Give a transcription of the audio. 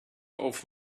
off